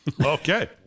Okay